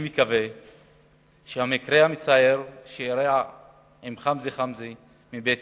אני מתכוון שהמקרה המצער שאירע עם חמזה חמזה מבית-ג'ן,